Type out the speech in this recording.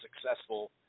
successful